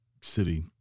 city